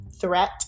threat